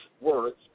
words